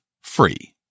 free